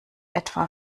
etwa